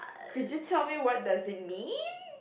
could you tell me what does it mean